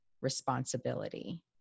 responsibility